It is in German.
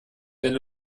deine